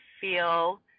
feel